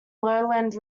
lowland